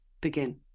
begin